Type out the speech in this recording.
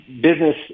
business